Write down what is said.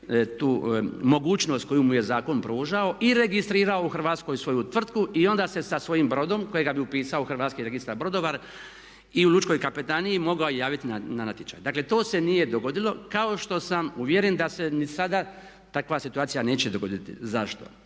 tu mogućnost koju mu je zakon pružao i registrirao u Hrvatskoj svoju tvrtku i onda se sa svojim brodom kojega bi upisao u Hrvatski registar brodova i u Lučkoj kapetaniji mogao javiti na natječaj. Dakle, to se nije dogodilo kao što sam uvjeren da se ni sada takva situacija neće dogoditi. Zašto?